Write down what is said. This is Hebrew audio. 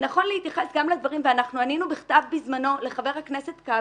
נכון להתייחס לדברים ובזמנו ענינו בכתב לחבר הכנסת כבל.